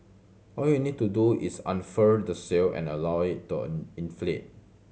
all you need to do is unfurl the sail and allow down inflate